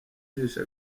jisho